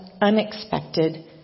Unexpected